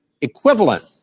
equivalent